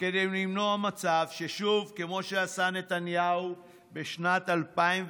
כדי למנוע מצב ששוב, כמו שעשה נתניהו בשנת 2015,